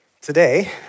Today